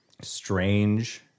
strange